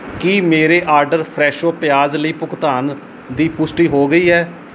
ਕੀ ਮੇਰੇ order Fresho ਪਿਆਜ਼ ਲਈ ਭੁਗਤਾਨ ਦੀ ਪੁਸ਼ਟੀ ਹੋ ਗਈ ਹੈ